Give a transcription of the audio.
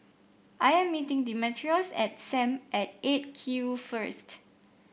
I am meeting Demetrios at Sam at Eight Q first